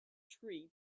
tree